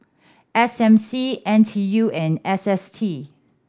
S M C N T U and S S T